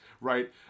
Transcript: right